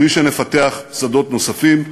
בלי שנפתח שדות נוספים,